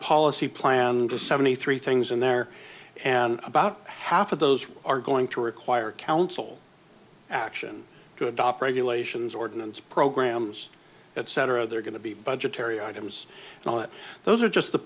policy plan to seventy three things in there and about half of those are going to require council action to adopt regulations ordinance programs etc there are going to be budgetary items and all of those are just the